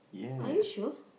are you sure